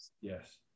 Yes